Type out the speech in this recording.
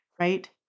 right